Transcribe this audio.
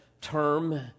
term